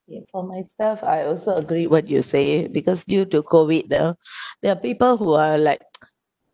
for myself I also agree what you say because due to COVID the there are people who are like